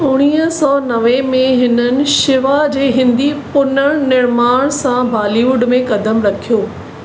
उणवीह सौ नवे में हिननि शिवा जे हिंदी पुनर्निमाण सां बॉलीवुड में कदमु रखियो